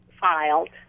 filed